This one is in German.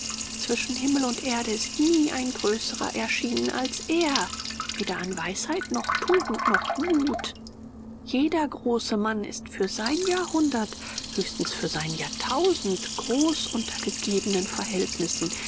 zwischen himmel und erde ist nie ein größerer erschienen als er weder an weisheit noch tugend noch mut jeder große mann ist für sein jahrhundert höchstens für sein jahrtausend groß unter gegebenen verhältnissen